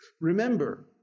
Remember